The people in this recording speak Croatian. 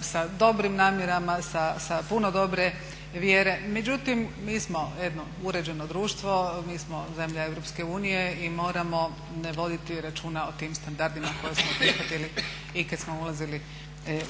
sa dobrim namjerama, sa puno dobre vjere. Međutim, mi smo jedno uređeno društvo, mi smo zemlja EU i moramo voditi računa o tim standardima koje smo prihvatili i kad smo ulazili